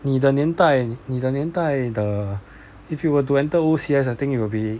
你的年代你的年代 the if you were to enter O_C_S I think you will be